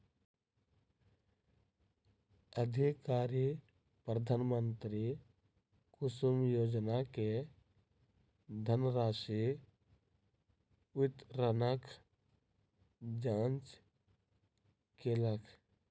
अधिकारी प्रधानमंत्री कुसुम योजना के धनराशि वितरणक जांच केलक